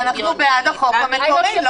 אנחנו בעד החוק המקורי.